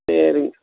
சரிங்